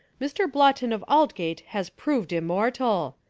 mr. blottoh of aldgate has proved immortal.